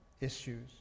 issues